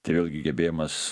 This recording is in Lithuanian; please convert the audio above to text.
tai vėlgi gebėjimas